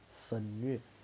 沈月